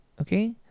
okay